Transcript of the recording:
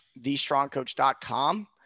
thestrongcoach.com